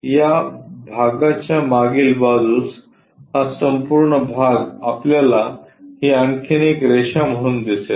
या भागाच्या मागील बाजूस हा संपूर्ण भाग आपल्याला ही आणखी एक रेषा म्हणून दिसेल